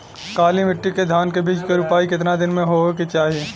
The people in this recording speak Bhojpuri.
काली मिट्टी के धान के बिज के रूपाई कितना दिन मे होवे के चाही?